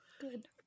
Good